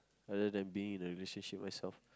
rather than being in a relationship myself